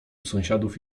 sąsiadów